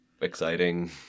exciting